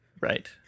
right